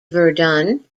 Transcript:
verdon